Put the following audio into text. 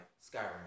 Skyrim